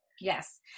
Yes